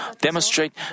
demonstrate